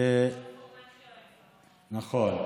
נכון.